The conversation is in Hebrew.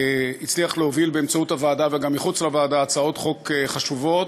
והצליח להוביל באמצעות הוועדה וגם מחוץ לוועדה הצעות חוק חשובות.